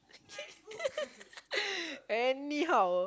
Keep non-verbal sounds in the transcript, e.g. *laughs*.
*laughs* anyhow